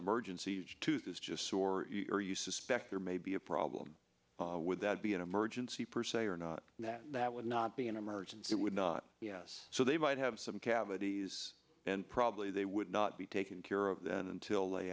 emergency to this just sore or you suspect there may be a problem with that be an emergency per se or not that would not be an emergency it would not yes so they might have some cavities and probably they would not be taken care of then until